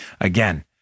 again